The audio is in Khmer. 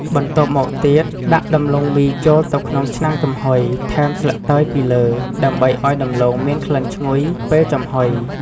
បន្ទាប់មកទៀត ដាក់ដំឡូងមីចូលទៅក្នុងឆ្នាំងចំហុយ ថែមស្លឹកតើយពីលើ ដើម្បីឲ្យដំឡូងមានក្លិនឈ្ងុយ ពេលចំហុយ។